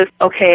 okay